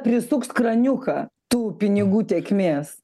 prisuks kraniuką tų pinigų tėkmės